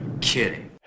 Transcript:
kidding